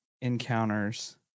encounters